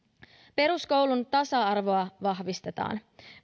peruskoulun tasa arvoa vahvistetaan